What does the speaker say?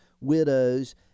widows